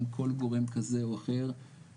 גם כל גורם כזה או אחר.